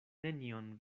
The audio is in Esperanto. nenion